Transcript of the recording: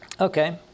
okay